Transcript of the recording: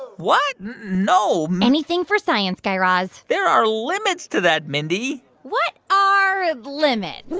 what? no anything for science, guy raz there are limits to that, mindy what are limits?